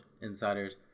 insiders